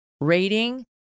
rating